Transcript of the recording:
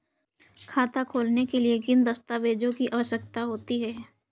खाता खोलने के लिए किन दस्तावेजों की आवश्यकता होती है?